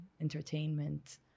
entertainment